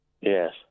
Yes